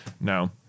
No